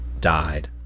died